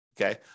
okay